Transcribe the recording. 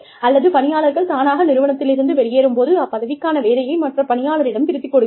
அல்லது பணியாளர்கள் தானாக நிறுவனத்திலிருந்து வெளியேறும் போது அப்பதவிக்கான வேலையை மற்ற பணியாளரிடம் பிரித்துக் கொடுக்கிறோம்